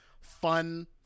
fun